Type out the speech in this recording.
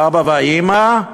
האבא והאימא,